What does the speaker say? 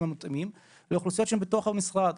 המותאמים לאוכלוסיות שהן בתוך המשרד,